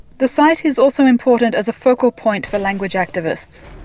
the site is also important as a focal point for language activists.